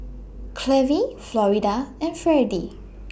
Clevie Florida and Fredie